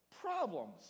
problems